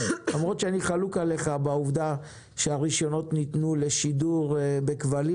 למרות שאני חלוק עליך בעובדה שהרישיונות ניתנו לשידור בכבלים